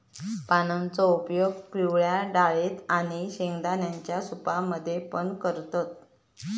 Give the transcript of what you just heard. पानांचो उपयोग पिवळ्या डाळेत आणि शेंगदाण्यांच्या सूप मध्ये पण करतत